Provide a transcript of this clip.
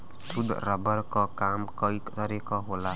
शुद्ध रबर क काम कई तरे क होला